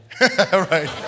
right